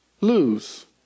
lose